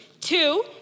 Two